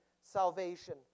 salvation